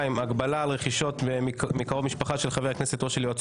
הגבלה על רכישות מקרוב משפחה של חבר הכנסת או של יועצו